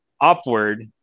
upward